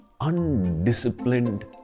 undisciplined